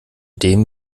dem